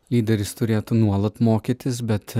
lyderis turėtų nuolat mokytis bet